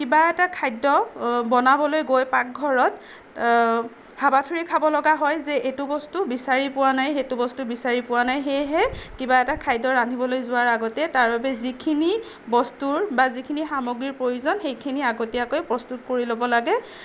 কিবা এটা খাদ্য বনাবলৈ গৈ পাকঘৰত হাবাথুৰি খাবলগীয়া হয় যে এইটো বস্তু বিচাৰি পোৱা নাই সেইটো বস্তু বিচাৰি পোৱা নাই সেয়েহে কিবা এটা খাদ্য ৰান্ধিবলৈ যোৱাৰ আগতে তাৰবাবে যিখিনি বস্তুৰ বা যিখিনি সামগ্ৰীৰ প্ৰয়োজন সেইখিনি আগতীয়াকৈ প্ৰস্তুত কৰি ল'ব লাগে